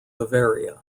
bavaria